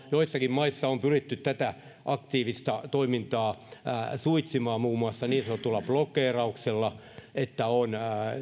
joissakin maissa on pyritty tätä aktiivista toimintaa suitsimaan muun muassa niin sanotulla blokeerauksella että on